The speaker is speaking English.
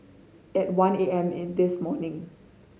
at one A M in this morning